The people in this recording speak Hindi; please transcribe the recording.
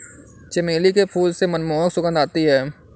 चमेली के फूल से मनमोहक सुगंध आती है